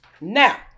now